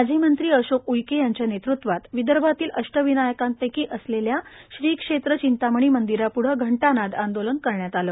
माजी मंत्री अशोक उईके यांच्या नेतृत्वात विदर्भातील अष्टविनायकांपैकी असलेल्या श्री क्षेत्र चिंतामणी मंदिराप्ढे घंटानाद आंदोलन करण्यात आले